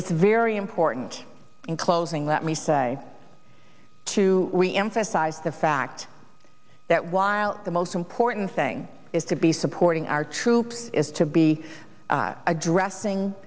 is very important in closing let me say to we emphasize the fact that while the most important thing is to be supporting our troops is to be addressing